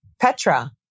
Petra